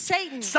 Satan